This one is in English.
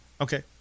okay